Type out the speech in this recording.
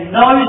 no